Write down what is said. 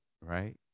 right